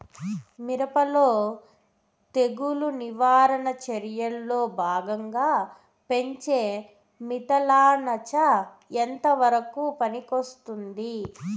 మిరప లో తెగులు నివారణ చర్యల్లో భాగంగా పెంచే మిథలానచ ఎంతవరకు పనికొస్తుంది?